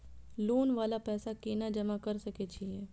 Loan वाला पैसा केना जमा कर सके छीये?